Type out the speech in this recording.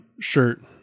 shirt